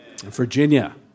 Virginia